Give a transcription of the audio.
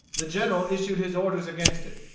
the general issued his orders against it.